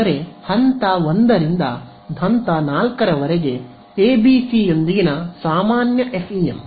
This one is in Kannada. ಅಂದರೆ ಹಂತ 1 ರಿಂದ 4 ರವರೆಗೆ ಎಬಿಸಯೊಂದಿಗಿನ ಸಾಮಾನ್ಯ ಎಫ್ಇಎಂ